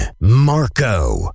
Marco